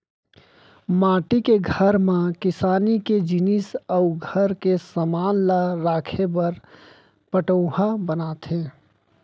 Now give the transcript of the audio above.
माटी के घर म किसानी के जिनिस अउ घर के समान ल राखे बर पटउहॉं बनाथे